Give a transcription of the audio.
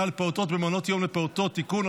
על פעוטות במעונות יום לפעוטות (תיקון),